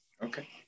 Okay